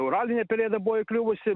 uralinė pelėda buvo įkliuvusi